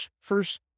first